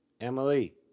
Emily